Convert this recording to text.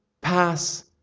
pass